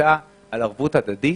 שנבנתה על ערבות הדדית,